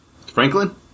franklin